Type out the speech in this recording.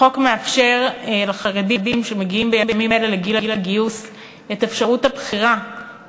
החוק מאפשר לחרדים שמגיעים בימים אלה לגיל הגיוס את אפשרות הבחירה,